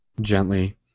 gently